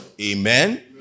Amen